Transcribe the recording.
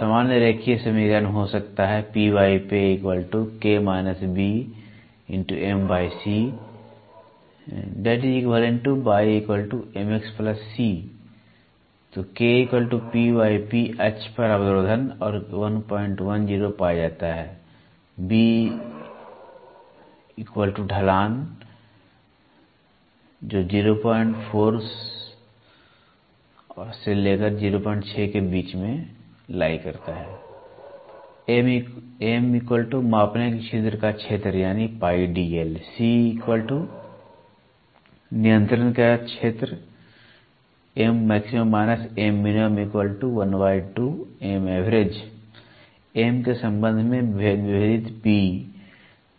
सामान्य रेखीय समीकरण हो सकता है ymxc k अक्ष पर अवरोधन और 110 पाया जाता है b ढलान 04 b 06 M मापने के छिद्र का क्षेत्र यानी πDL C नियंत्रण का क्षेत्र M के संबंध में विभेदित P